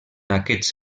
aquests